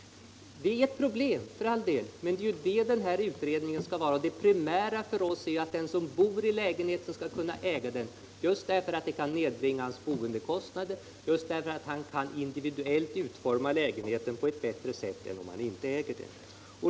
Detta är för all del ett problem, men det är ju det den här utredningen skall belysa. Det primära för oss är att den som bor i lägenheten skall kunna äga den, just därför att det kan nedbringa hans boendekostnader och därför att han då själv kan utforma lägenheten på ett bättre sätt än om han inte ägde den.